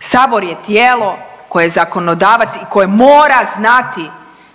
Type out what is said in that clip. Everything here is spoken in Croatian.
Sabor je tijelo koje zakonodavac i koje mora znati